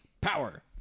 power